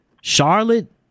Charlotte